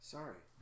Sorry